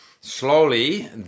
slowly